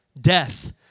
Death